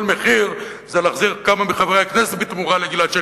"כל מחיר" זה להחזיר כמה מחברי הכנסת בתמורה לגלעד שליט,